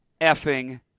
effing